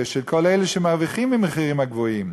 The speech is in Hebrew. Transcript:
ושל כל אלה שמרוויחים מהמחירים הגבוהים.